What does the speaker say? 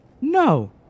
No